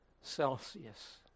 Celsius